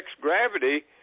gravity